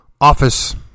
office